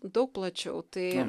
daug plačiau tai